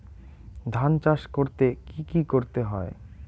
ধান চাষ করতে কি কি করতে হয়?